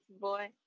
boy